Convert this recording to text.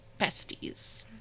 besties